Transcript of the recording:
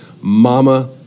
Mama